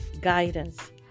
guidance